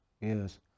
Yes